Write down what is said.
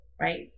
right